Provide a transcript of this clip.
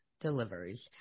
deliveries